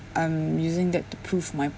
I'm using that to prove my